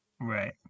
Right